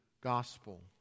gospel